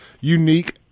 unique